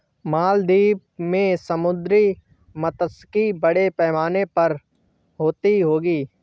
मालदीव में समुद्री मात्स्यिकी बड़े पैमाने पर होती होगी